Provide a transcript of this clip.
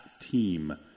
team